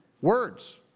Words